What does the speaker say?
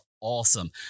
awesome